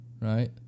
right